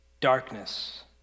darkness